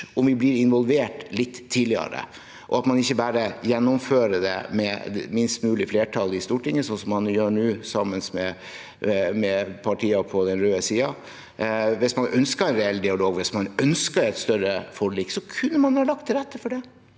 om vi blir involvert litt tidligere, og at man ikke bare gjennomfører det med minst mulig flertall i Stortinget, slik som man gjør nå, sammen med partier på den røde siden. Hvis man ønsket en reell dialog, hvis man ønsket et større forlik, kunne man ha lagt til rette for det.